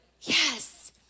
Yes